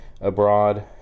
abroad